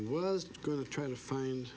was going to try to find